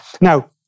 Now